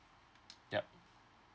yup